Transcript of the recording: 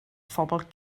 phobl